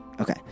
Okay